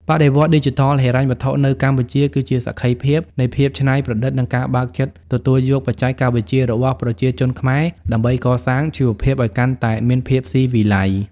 បដិវត្តន៍ឌីជីថលហិរញ្ញវត្ថុនៅកម្ពុជាគឺជាសក្ខីភាពនៃភាពច្នៃប្រឌិត និងការបើកចិត្តទទួលយកបច្ចេកវិទ្យារបស់ប្រជាជនខ្មែរ ដើម្បីកសាងជីវភាពឱ្យកាន់តែមានភាពស៊ីវិល័យ។